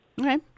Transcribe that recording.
okay